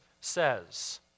says